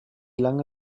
lange